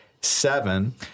seven